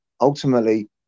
ultimately